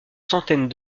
centaines